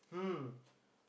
hmm